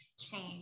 change